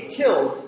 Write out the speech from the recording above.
killed